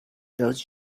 those